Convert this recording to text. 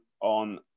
on